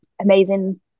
amazing